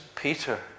Peter